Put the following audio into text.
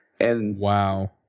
Wow